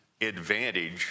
advantage